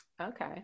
okay